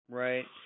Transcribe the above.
right